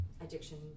addiction